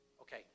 okay